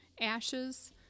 ashes